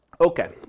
Okay